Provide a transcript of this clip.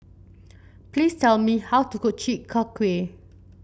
please tell me how to cook Chi Kak Kuih